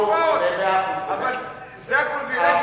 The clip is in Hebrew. הציבור ישפוט, זה ברור.